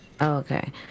okay